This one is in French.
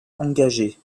engagés